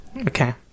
okay